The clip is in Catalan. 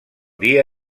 dia